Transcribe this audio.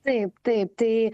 taip taip tai